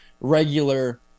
regular